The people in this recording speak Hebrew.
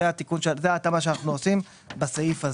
זאת ההתאמה שאנחנו עושים בסעיף הזה.